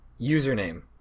Username